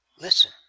Listen